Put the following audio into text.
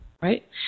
right